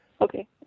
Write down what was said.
Okay